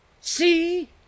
see